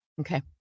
Okay